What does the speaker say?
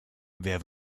wer